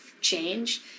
change